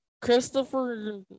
Christopher